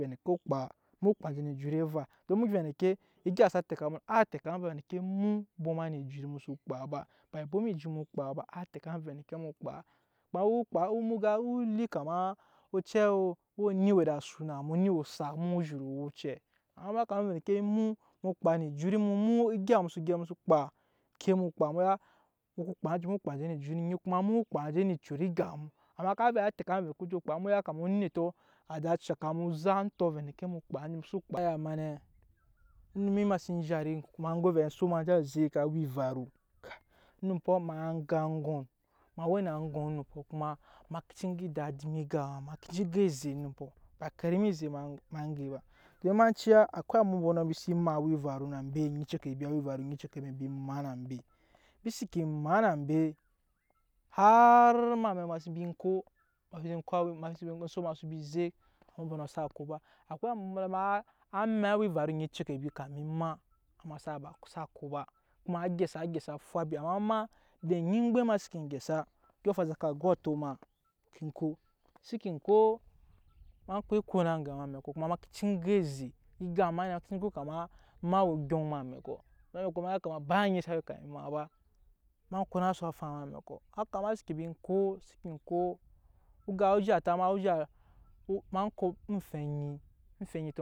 Vɛ no oko kpa mu kpa enje ne ejut eva don mu nyi vɛ endeke egya sa tɛka mu nɔ á tɛka mu vɛ endeke mu bwoma ne ejut mu so kpa ba ebwoma ejut mu kpa ba á tɛka mu vɛ endeke okpa kpa bo kpa o oo li kama ocɛɛ o wee eni we ed'asu na mu eni we osak mu zhuru we ocɛɛ amma mu ya kama vɛ endeke emu mu kpa ne ejut mu egya mu so gyɛp ekpa eŋke mu kpa mu ya mu ko kpa enje mu kpa enje ne ejut mkuma mu kpa enje ne ecoro egap mu amma ka vɛ ro á tɛka mu vɛ we o je je kpa mu woo yakama onetɔ anje shak mu ozaa entɔ vɛ endeke mu kpa mu xso kpa, mi sa ya ma nɛ onum ma sen zhat go ma vɛ ensok je zek awa evaru onumpɔ ma ga aŋgɔm, ma we na aŋgɔm onumpɔ kuma ma ke cii go edadi eme egap ma. ema ke cii go eze onumpɔ ba karimi eze ma go ba don ma ciya akwai ambɔmbɔnɔ embi se maa awa evaru na mbe onyi ecokɔbi awa evaru mbi maa na mbe, mbi seke maa na mbe har em'amɛk ma se ba ko ensok ma se ba zek ambɔmbɔnɔ xsa ko ba akwai ambɔmbɔnɔ ma á maa awa evaru ecokɔbi kame ema amma xsa ko ba kuma á gyɛsa gyɛsafwabi amma ema edɛ enyi eŋmgbem ma seken gyɛsa odyɔŋ afaŋ saka go ato ma ke ko seke ko ma kpa eŋge ma em'amɛkɔ kuma ma ke cii ge eze egap ne ma ke cii go kama ma we odyɔŋ emꞌamɛkɔ, emꞌamɛkɔ ma cii ya kama ba anyi sa we kama ema ba, ma konase afaŋ emꞌamɛkɔ, haka ema seke ba ko ogaa zhata ma o zhat a ko em'ofɛ enyi